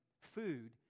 food